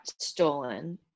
stolen